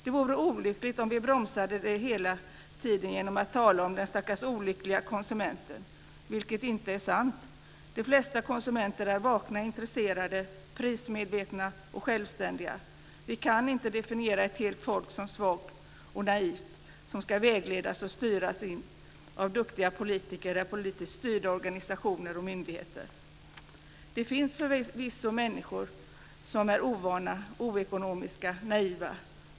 Det vore olyckligt om vi bromsade detta genom att hela tiden tala om den stackars olyckliga konsumenten, vilket inte är sant. De flesta konsumenter är vakna, intresserade, prismedvetna och självständiga. Vi kan inte definiera ett helt folk som svaga och naiva människor som ska vägledas och styras av duktiga politiker eller politiskt styrda organisationer och myndigheter. Det finns förvisso människor som är ovana, oekonomiska och naiva.